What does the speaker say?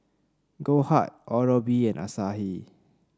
Goldheart Oral B and Asahi